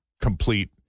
complete